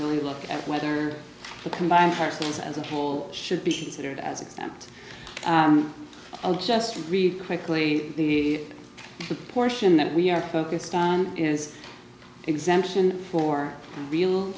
really look at whether the combined parcels as a whole should be considered as exempt i'll just read quickly the portion that we are focused on is exemption for real